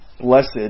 blessed